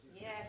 Yes